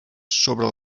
sobre